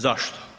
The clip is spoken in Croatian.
Zašto?